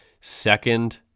second